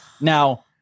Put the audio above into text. Now